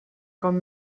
com